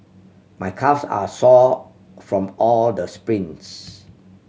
my calves are sore from all the sprints